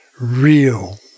real